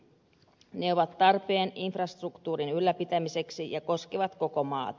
ne ovat tarpeen infrastruktuurin ylläpitämiseksi ja koskevat koko maata